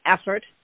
effort